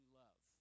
love